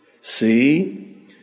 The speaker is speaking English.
See